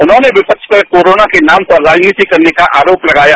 उन्होंने विपक्ष पर कोरोना के नाम पर राजनीति करने का आरोप लगाया